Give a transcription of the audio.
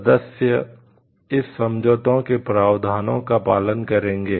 सदस्य इस समझौते के प्रावधानों का पालन करेंगे